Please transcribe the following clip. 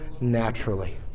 naturally